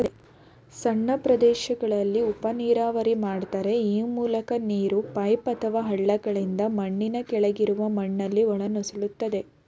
ಸಣ್ಣ ಪ್ರದೇಶಗಳಲ್ಲಿ ಉಪನೀರಾವರಿ ಮಾಡ್ತಾರೆ ಆ ಮೂಲಕ ನೀರು ಪೈಪ್ ಅಥವಾ ಹಳ್ಳಗಳಿಂದ ಮಣ್ಣಿನ ಕೆಳಗಿರುವ ಮಣ್ಣಲ್ಲಿ ಒಳನುಸುಳ್ತದೆ